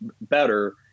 better